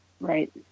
Right